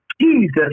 Jesus